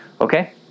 okay